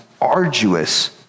arduous